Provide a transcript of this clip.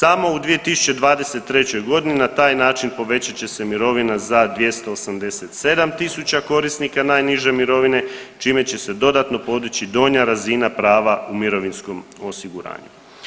Samo u 2023.g. na taj način povećat će se mirovina za 287.000 korisnika najniže mirovine čime će se dodatno podići donja razina prava u mirovinskom osiguranju.